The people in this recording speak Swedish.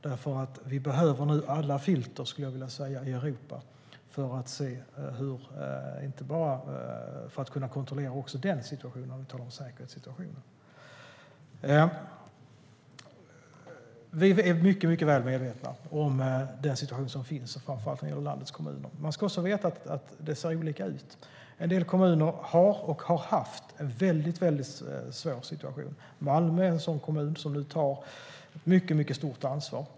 Detta eftersom vi nu behöver alla filter i Europa, skulle jag vilja säga, för att kunna kontrollera även säkerhetssituationer som denna. Vi är mycket väl medvetna om den situation som finns, framför allt när det gäller landets kommuner. Men man ska också veta att det ser olika ut. En del kommuner har och har haft en väldigt svår situation. Malmö är en sådan kommun, som nu tar mycket stort ansvar.